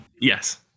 Yes